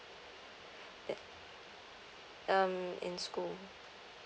that um in school